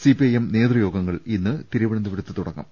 CPIM നേതൃയോഗങ്ങൾ ഇന്ന് തിരുവനന്തപുരത്ത് തുടങ്ങും